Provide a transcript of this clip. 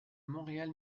montréal